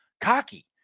cocky